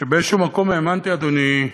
שבאיזה מקום האמנתי, אדוני,